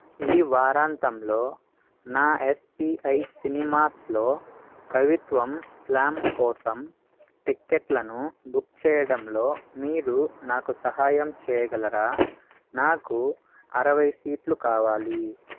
ఈ వారాంతంలో నా ఎస్పిఐ సినిమాస్లో కవిత్వం స్లామ్ కోసం టిక్కెట్లను బుక్ చేయడంలో మీరు నాకు సహాయం చేయగలరా నాకు అరవై సీట్లు కావాలి